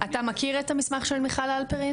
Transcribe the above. אתה מכיר את המסמך של מיכל הלפרין?